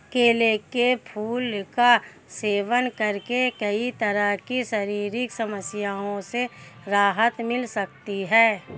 केले के फूल का सेवन करके कई तरह की शारीरिक समस्याओं से राहत मिल सकती है